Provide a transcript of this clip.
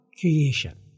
creation